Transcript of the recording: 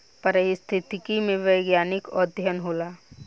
पारिस्थितिकी में वैज्ञानिक अध्ययन होला